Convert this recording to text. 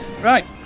Right